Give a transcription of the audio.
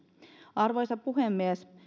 arvoisa puhemies